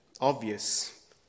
obvious